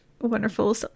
wonderful